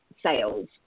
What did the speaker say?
sales